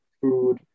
food